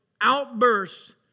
outbursts